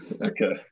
Okay